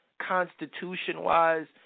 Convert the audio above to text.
constitution-wise